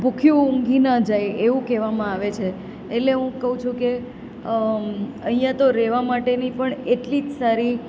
ભૂખ્યું ઊંઘી ન જાય એવું કહેવામાં આવે છે એટલે હું કહું છું કે અહીંયા તો રહેવા માટેની પણ એટલી જ સારી